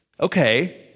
okay